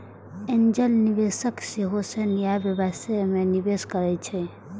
angel निवेशक सेहो नया व्यवसाय मे निवेश करै छै